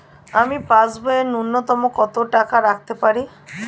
আমি পাসবইয়ে ন্যূনতম কত টাকা রাখতে পারি?